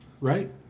Right